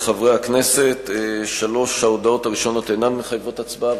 מתנגדים, אין נמנעים.